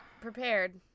Prepared